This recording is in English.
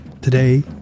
Today